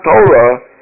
Torah